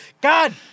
God